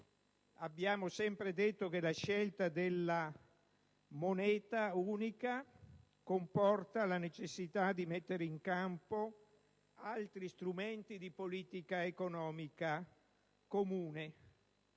abbiamo sempre detto che la scelta della moneta unica comporta la necessità di mettere in campo altri strumenti di politica economica comune.